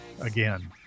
again